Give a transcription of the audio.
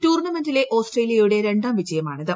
ടൂർണ്ണമെന്റിലെ ഓസ്ട്രേലിയയുടെ രണ്ടാം വിജയമാണിത്